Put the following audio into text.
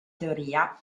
teoria